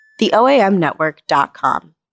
TheOAMNetwork.com